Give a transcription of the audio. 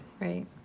Right